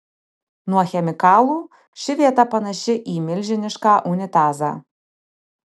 nuo chemikalų ši vieta panaši į milžinišką unitazą